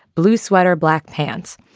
blue sweater, black pants.